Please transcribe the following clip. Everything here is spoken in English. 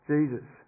Jesus